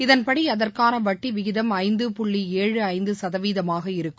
இதன்படி அதற்கானவட்டிவிகிதம் ஐந்து புள்ளி ஏழு ஐந்துசதவீதமாக இருக்கும்